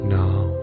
now